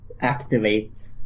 activate